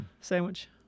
sandwich